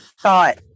thought